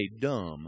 dumb